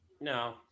No